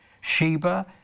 Sheba